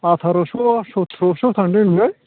आथार'स' सथ'रस' थांदोंनो लै